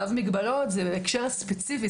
צו המגבלות זה להקשר הספציפי.